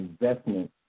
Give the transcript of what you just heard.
investment